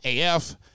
AF